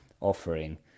offering